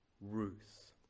Ruth